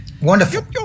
Wonderful